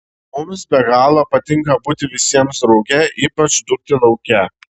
mums be galo patinka būti visiems drauge ypač dūkti lauke